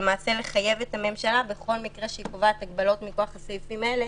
ולמעשה לחייב את הממשלה בכל מקרה שהיא קובעת הגבלות מכוח הסעיפים האלה,